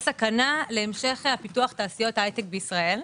סכנה להמשך פיתוח תעשיות ההייטק בישראל.